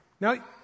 Now